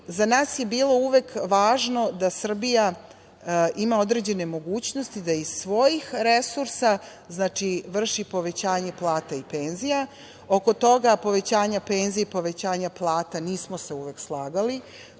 za nas je bilo uvek važno da Srbija ima određene mogućnosti da iz svojih resursa vrši povećanje plata i penzija. Oko povećanja penzija i povećanja plata nismo se uvek slagali,